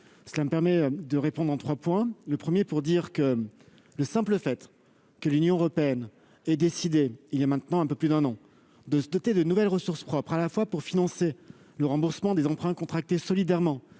de se doter. Je répondrai en trois points. En premier lieu, le simple fait que l'Union européenne ait décidé, il y a un peu plus d'un an, de se doter de nouvelles ressources propres, à la fois pour financer le remboursement des emprunts contractés solidairement